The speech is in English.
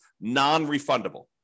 non-refundable